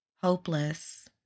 hopeless